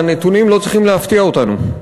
הנתונים לא צריכים להפתיע אותנו,